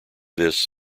this